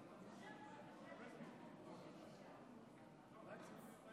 ההצבעה: בעד, 48,